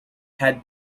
had